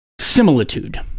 Similitude